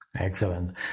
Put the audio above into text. Excellent